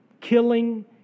killing